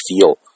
feel